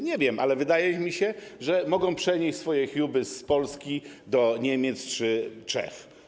Nie wiem, ale wydaje mi się, że mogą przenieść swoje huby z Polski do Niemiec czy Czech.